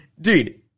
dude